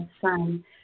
sun